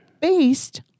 based